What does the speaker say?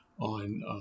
on –